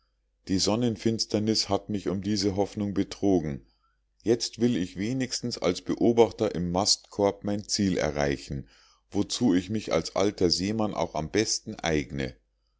die sonnenfinsternis hat mich um diese hoffnung betrogen jetzt will ich wenigstens als beobachter im mastkorb mein ziel erreichen wozu ich mich als alter seemann auch am besten eigne